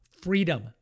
Freedom